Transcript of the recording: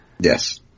Yes